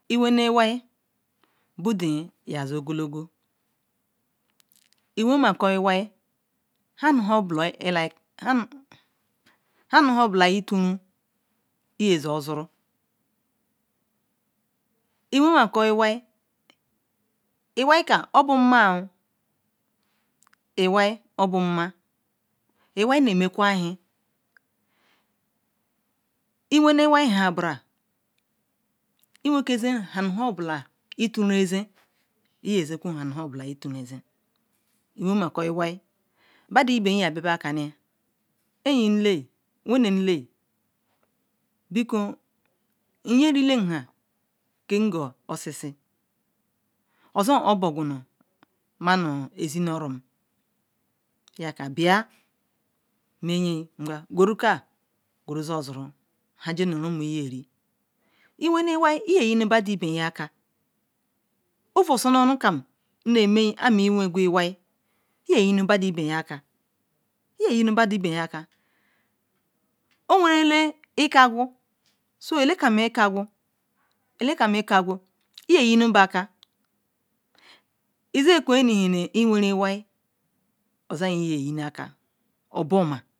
I wene iwai bu dan ya zil ogolo i wone iwai han nu hon bu la ituron iyazin ozoru iwai obo mma iwai na mekwa ihin iwene iwai iyazin kwa han ni hon bola icha ru ezen iwene badon iben ya bia bo han en yinla wenen la bikom nyeritam ham kengal osisi osi oboquny ma me ezingorom jakam gumni blinu gurura iwene iwan iya yin nu badon iben óker ova osumunu feam na menl am ijigul iwai iyayin bado iben aker owen run ikagul so iyeyin ba area ize kwe e nu ihinrin i wengu iwai zien yiunu bandol iben oker obo ma.